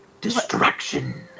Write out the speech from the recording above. Distraction